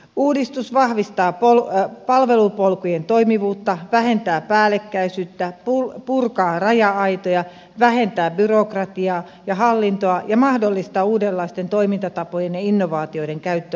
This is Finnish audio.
uudistus vahvistaa palvelupolkujen toimivuutta vähentää päällekkäisyyttä purkaa raja aitoja vähentää byrokratiaa ja hallintoa ja mahdollistaa uudenlaisten toimintatapojen ja innovaatioiden käyttöönoton